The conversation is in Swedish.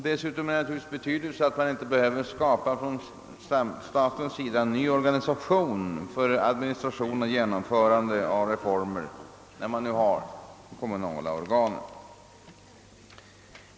Dessutom är det naturligtvis av betydelse att man inte behöver skapa en ny organisation från statens sida för administration och genomförande av reformer när man redan har de kommunala organen.